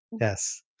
Yes